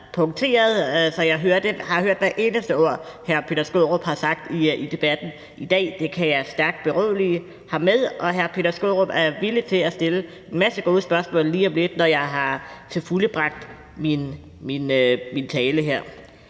så jeg har hørt hvert eneste ord, hr. Peter Skaarup har sagt i debatten i dag. Det kan jeg stærkt berolige ham med. Og hr. Peter Skaarup er velkommen til at stille en masse gode spørgsmål lige om lidt, når jeg har holdt min tale her.